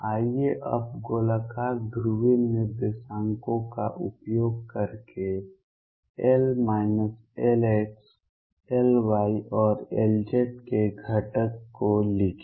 आइए अब गोलाकार ध्रुवीय निर्देशांकों का उपयोग करके L Lx Ly और Lz के घटकों को लिखें